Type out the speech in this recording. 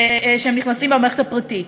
שהם נכנסים במערכת הפרטית.